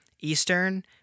Eastern